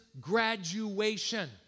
graduation